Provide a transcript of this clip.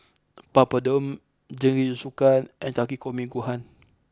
Papadum Jingisukan and Takikomi Gohan